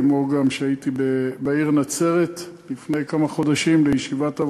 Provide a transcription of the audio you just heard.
כמו שגם הייתי בעיר נצרת לפני כמה חודשים בישיבת עבודה.